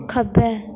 खब्बै